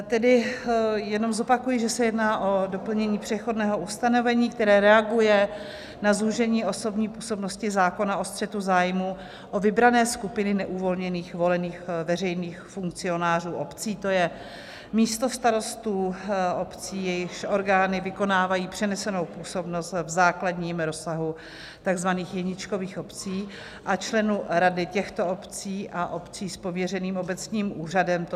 Tedy jenom zopakuji, že se jedná o doplnění přechodného ustanovení, které reaguje na zúžení osobní působnosti zákona o střetu zájmů o vybrané skupiny neuvolněných volených veřejných funkcionářů obcí, to je místostarostů obcí, jejichž orgány vykonávají přenesenou působnost v základním rozsahu, takzvaných jedničkových obcí, a členů rady těchto obcí a obcí s pověřeným obecním úřadem, to znamená dvojkových obcí.